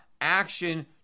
action